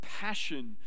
passion